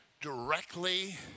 directly